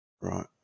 Right